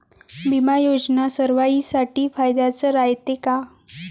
बिमा योजना सर्वाईसाठी फायद्याचं रायते का?